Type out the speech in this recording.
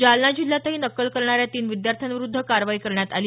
जालना जिल्ह्यातही नक्कल करणाऱ्या तीन विद्यार्थ्यांविरूद्ध कारवाई करण्यात आली